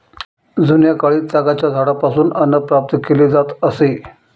जुन्याकाळी तागाच्या झाडापासून अन्न प्राप्त केले जात असे